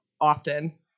often